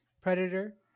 Predator